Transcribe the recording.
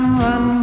run